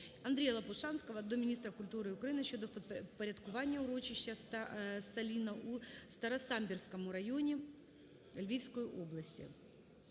Андрія Лопушанського до міністра культури України щодо впорядкування урочища Саліна у Старосамбірському районі Львівської області.